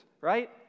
right